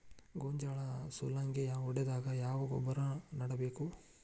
ಗೋಂಜಾಳ ಸುಲಂಗೇ ಹೊಡೆದಾಗ ಯಾವ ಗೊಬ್ಬರ ನೇಡಬೇಕು?